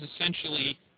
essentially